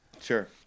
Sure